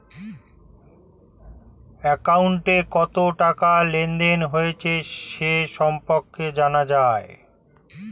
অ্যাকাউন্টে কত টাকা লেনদেন হয়েছে সে সম্পর্কে জানা যায়